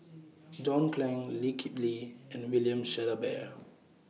John Clang Lee Kip Lee and William Shellabear